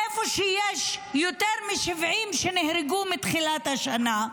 איפה שיש יותר מ-70 שנהרגו מתחילת השנה,